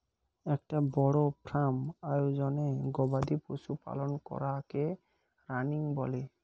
একটা বড় ফার্ম আয়োজনে গবাদি পশু পালন করাকে রানিং বলে